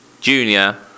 Junior